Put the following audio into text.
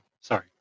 sorry